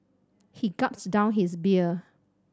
he gulped down his beer